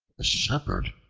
the shepherd,